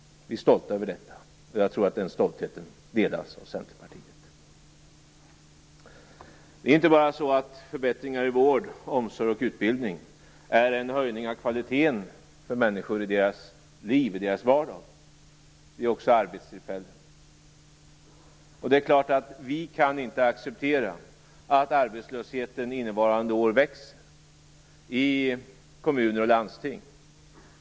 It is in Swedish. Vi är stolta över detta, och jag tror att den stoltheten delas av Centerpartiet. Förbättringar i vård, omsorg och utbildning ger inte bara en höjning av kvaliteten för människor i deras liv och i deras vardag, utan det ger också arbetstillfällen. Det är klart att vi inte kan acceptera att arbetslösheten innevarande år växer i kommuner och landsting.